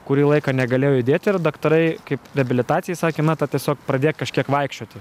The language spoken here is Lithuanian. kurį laiką negalėjo judėti ir daktarai kaip reabilitacijai sakė na tu tiesiog pradėk kažkiek vaikščioti